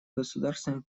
государствами